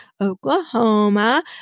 Oklahoma